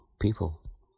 people